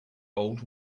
old